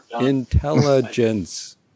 intelligence